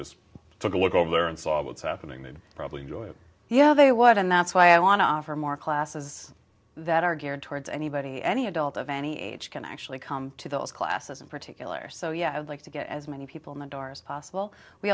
just took a look over there and saw what's happening they'd probably enjoy it you know they would and that's why i want to offer more classes that are geared towards anybody any adult of any age can actually come to those classes in particular so yeah i would like to get as many people in the doors possible we